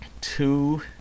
Two